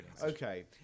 Okay